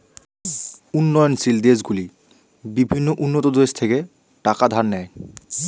উন্নয়নশীল দেশগুলি বিভিন্ন উন্নত দেশ থেকে টাকা ধার নেয়